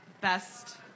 best